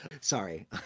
Sorry